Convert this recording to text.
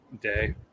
day